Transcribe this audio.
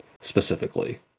specifically